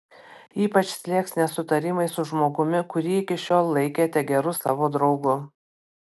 ypač slėgs nesutarimai su žmogumi kurį iki šiol laikėte geru savo draugu